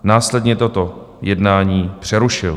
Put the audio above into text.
Následně toto jednání přerušil.